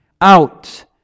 out